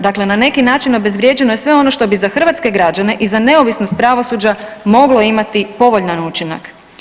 Dakle, na neki način obezvrijeđeno je sve ono što bi za hrvatske građane i za neovisnost pravosuđa moglo imati povoljan učinak.